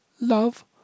Love